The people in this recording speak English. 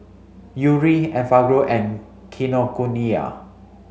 Yuri Enfagrow and Kinokuniya